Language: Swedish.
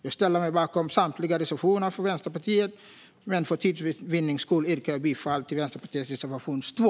Jag ställer mig bakom samtliga reservationer från Vänsterpartiet, men för tids vinnande yrkar jag bifall enbart till Vänsterpartiets reservation 2.